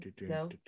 No